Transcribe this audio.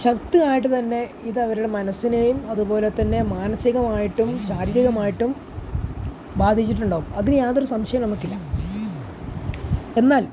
ശക്തമായിട്ടുതന്നെ ഇതവരുടെ മനസ്സിനേയും അതുപോലെത്തന്നെ മാനസികമായിട്ടും ശാരീരികമായിട്ടും ബാധിച്ചിട്ടുണ്ടാവും അതിന് യാതൊരു സംശയവും നമുക്കില്ല എന്നാൽ